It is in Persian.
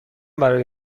برای